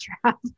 travel